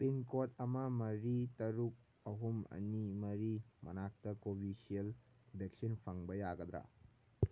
pin code ꯑꯃ ꯃꯔꯤ ꯇꯔꯨꯛ ꯑꯍꯨꯝ ꯑꯅꯤ ꯃꯔꯤ ꯃꯅꯥꯛꯇ ꯀꯣꯕꯤꯁꯤꯜ ꯕꯦꯛꯁꯤꯟ ꯐꯪꯕ ꯌꯥꯒꯗ꯭ꯔꯥ